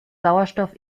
sauerstoff